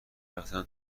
رفتم